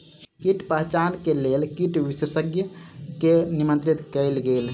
कीट पहचान के लेल कीट विशेषज्ञ के निमंत्रित कयल गेल